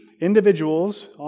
individuals